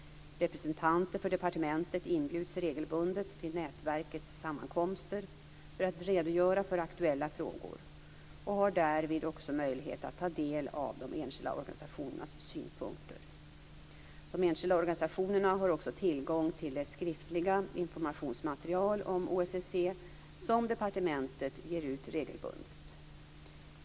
Representanter för departementet inbjuds regelbundet till nätverkets sammankomster för att redogöra för aktuella frågor och har därvid också möjlighet att ta del av de enskilda organisationernas synpunkter. De enskilda organisationerna har också tillgång till det skriftliga informationsmaterial om OSSE som departementet ger ut regelbundet.